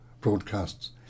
broadcasts